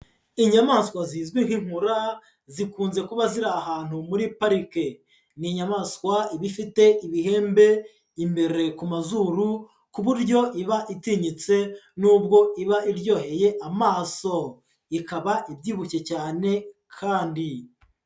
Inyamaswa zizwi nk'inkura zikunze kuba ziri ahantu muri parike, ni inyamaswa iba ifite ibihembe imbere ku mazuru ku buryo iba itinyitse nubwo iba iryoheye amaso, ikaba ibyibushye cyane kandi.